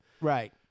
Right